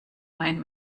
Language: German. wein